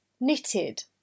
Knitted